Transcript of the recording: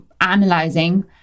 analyzing